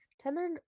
Tender